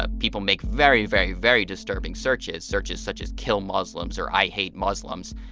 ah people make very, very, very disturbing searches, searches such as, kill muslims or, i hate muslims.